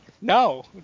no